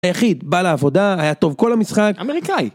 היחיד, בא לעבודה, היה טוב כל המשחק, אמריקאי.